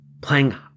playing